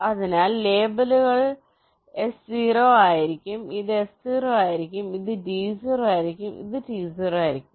അതിനാൽ ലേബലുകൾ S0 ആയിരിക്കും ഇത് S0 ആയിരിക്കും ഇത് T0 ആയിരിക്കും ഇത് T0 ആയിരിക്കും